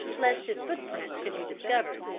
lest his footprints should be discovered.